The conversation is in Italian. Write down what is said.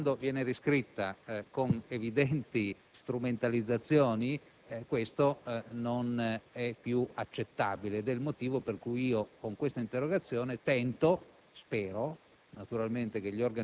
Fin qui va bene, però, quando viene riscritta con evidenti strumentalizzazioni, questo non è più accettabile, ed è il motivo di questa interrogazione.